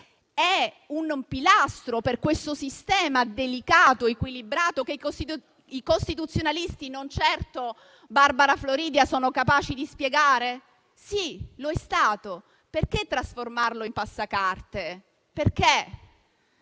È un pilastro per questo sistema delicato ed equilibrato, che i costituzionalisti, non certo Barbara Floridia, sono capaci di spiegare? Sì, lo è stato. Perché trasformarlo in passacarte? Vi